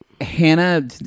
Hannah